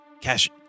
Cash